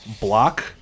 block